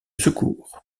secours